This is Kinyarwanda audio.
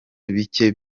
bike